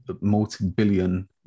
multi-billion